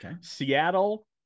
Seattle